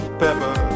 pepper